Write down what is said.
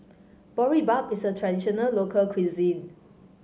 boribap is a traditional local cuisine